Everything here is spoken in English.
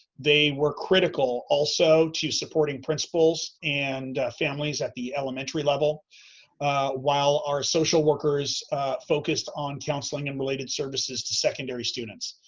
they were critical, also, to supporting principals and families at the elementary level while our social workers focused on counseling and related services to secondary students.